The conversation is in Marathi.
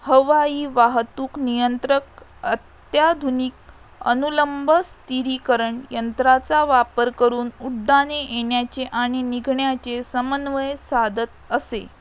हवाई वाहतूक नियंत्रक अत्याधुनिक अनुलंब स्थिरीकरण यंत्राचा वापर करून उड्डाणे येण्याचे आणि निघण्याचे समन्वय साधत असे